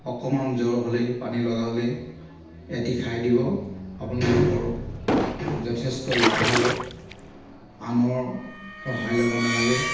অকণমান জ্বৰ হ'লেই পানী লগা হ'লেই এটি খাই দিব আপোনালোকৰ যথেষ্ট লাভ হ'ব আনৰ সহায় ল'ব নালাগে